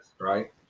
right